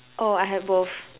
oh I have both